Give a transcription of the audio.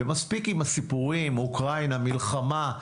ומספיק עם הסיפורים, אוקראינה, מלחמה.